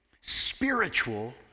spiritual